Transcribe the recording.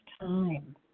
time